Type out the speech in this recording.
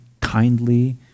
kindly